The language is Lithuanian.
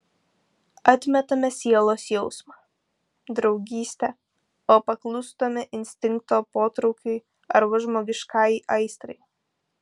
atmetame sielos jausmą draugystę o paklūstame instinkto potraukiui arba žmogiškajai aistrai